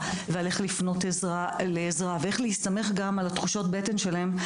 ועל איך לפנות לעזרה ואיך להסתמך גם על תחושות הבטן שלהם,